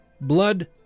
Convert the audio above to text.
blood